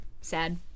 Sad